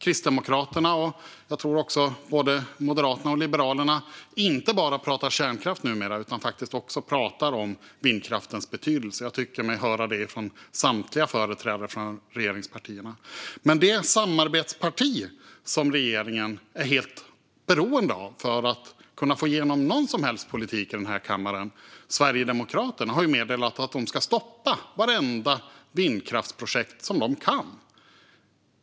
Kristdemokraterna - och jag tror också både Moderaterna och Liberalerna - pratar inte bara om kärnkraft numera utan faktiskt också om vindkraftens betydelse. Jag tyckte mig höra det från samtliga företrädare för regeringspartierna. Men det samarbetsparti som regeringen är helt beroende av för att kunna få igenom någon som helst politik i den här kammaren, Sverigedemokraterna, har meddelat att de ska stoppa vartenda vindkraftsprojekt som de kan.